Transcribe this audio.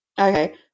Okay